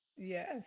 Yes